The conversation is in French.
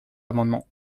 amendements